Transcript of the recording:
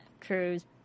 Cruz